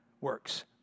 works